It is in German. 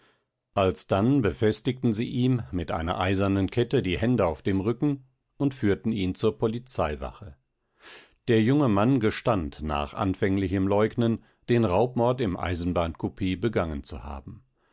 alsdann befestigten sie ihm mit einer eisernen kette die hände auf dem rücken und führten ihn zur polizeiwache der junge mann gestand nach anfänglichem leugnen den raubmord im eisenbahnkupee begangen zu haben